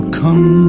come